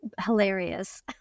hilarious